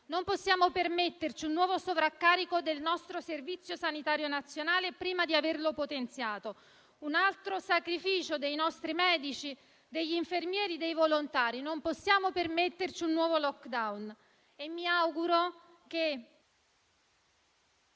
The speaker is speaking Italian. Non possiamo permetterci un nuovo sovraccarico del nostro Servizio sanitario nazionale, prima di averlo potenziato; un altro sacrificio dei nostri medici, degli infermieri, dei volontari; non possiamo permetterci un nuovo *lockdown*. E mi auguro che